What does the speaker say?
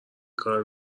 کارو